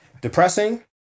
depressing